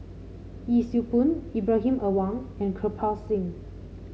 Yee Siew Pun Ibrahim Awang and Kirpal Singh